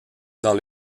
dans